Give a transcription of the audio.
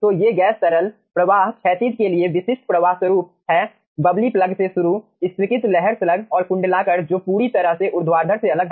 तो ये गैस तरल प्रवाह क्षैतिज के लिए विशिष्ट प्रवाह स्वरूप हैं बब्बली प्लग से शुरू स्तरीकृत लहर स्लग और कुंडलाकार जो पूरी तरह से ऊर्ध्वाधर से अलग है